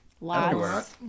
Lots